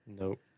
Nope